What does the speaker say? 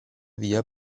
via